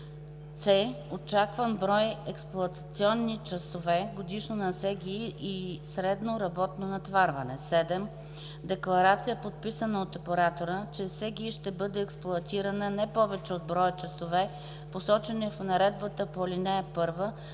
6. очакван брой експлоатационни часове годишно на СГИ и средно работно натоварване; 7. декларация, подписана от оператора, че СГИ ще бъде експлоатирана не повече от броя часове, посочени в наредбата по ал. 1,